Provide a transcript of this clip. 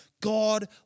God